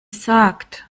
sagt